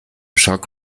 schock